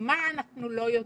מה אנחנו לא יודעים.